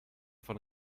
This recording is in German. von